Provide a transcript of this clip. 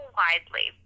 widely